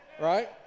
Right